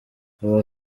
uwa